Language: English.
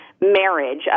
marriage